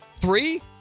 Three